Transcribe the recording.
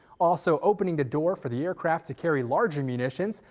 also opening the door for the aircraft to carry larger munitions,